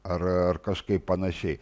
ar kažkaip panašiai